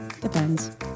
Depends